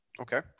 Okay